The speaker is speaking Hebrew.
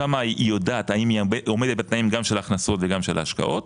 שמה היא יודעת האם היא עומדת בתנאים גם של ההכנסות וגם של השקעות.